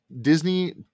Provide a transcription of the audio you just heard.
Disney